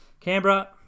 Canberra